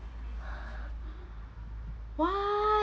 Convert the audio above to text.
what